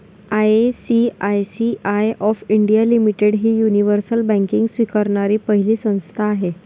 ICICI of India limited ही universal banking स्वीकारणारी पहिली संस्था आहे